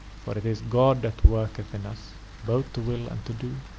for it is god that worketh in us both to will and to do.